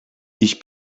ich